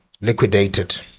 liquidated